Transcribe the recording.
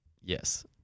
Yes